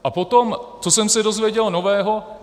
A potom, co jsem se dozvěděl nového.